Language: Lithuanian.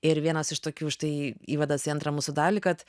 ir vienas iš tokių štai įvadas į antrą mūsų dalį kad